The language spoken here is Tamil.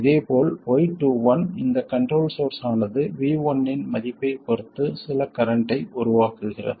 இதேபோல் y21 இந்த கண்ட்ரோல் சோர்ஸ் ஆனது V1 இன் மதிப்பைப் பொறுத்து சில கரண்ட்டை உருவாக்குகிறது